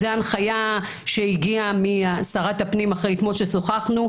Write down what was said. זאת הנחיה שהגיעה משרת הפנים אחרי ששוחחנו,